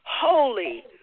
Holy